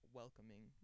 welcoming